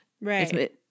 Right